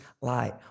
light